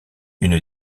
une